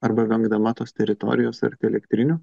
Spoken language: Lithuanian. arba vengdama tos teritorijos arti elektrinių